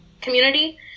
community